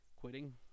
quitting